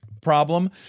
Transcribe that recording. problem